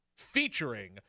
featuring